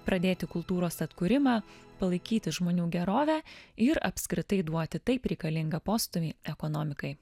pradėti kultūros atkūrimą palaikyti žmonių gerovę ir apskritai duoti taip reikalingą postūmį ekonomikai